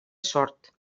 sort